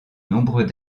nombreux